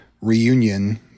reunion